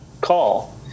call